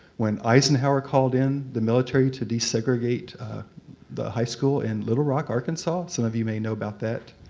when eisenhower called in the military to desegregate the high school in little rock, arkansas, some of you may know about that,